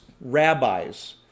rabbis